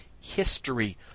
history